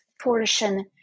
portion